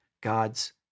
God's